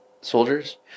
soldiers